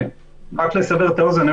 רק לסבר את האוזן,